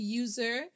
user